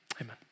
amen